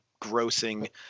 grossing